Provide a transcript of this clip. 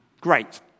Great